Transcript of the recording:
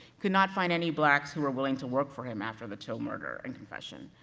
could not find any blacks who were willing to work for him after the till murder and confession,